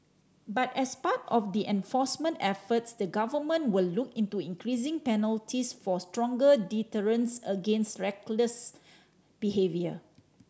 but as part of the enforcement efforts the government will look into increasing penalties for stronger deterrence against reckless behaviour